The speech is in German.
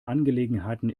angelegenheiten